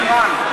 שקרן.